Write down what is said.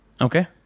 Okay